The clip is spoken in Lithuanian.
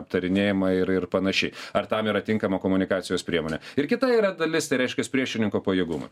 aptarinėjama ir ir panašiai ar tam yra tinkama komunikacijos priemonė ir kita yra dalis tai reiškias priešininko pajėgumai